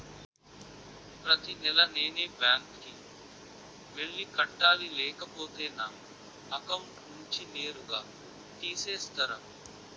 ప్రతి నెల నేనే బ్యాంక్ కి వెళ్లి కట్టాలి లేకపోతే నా అకౌంట్ నుంచి నేరుగా తీసేస్తర?